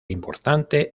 importante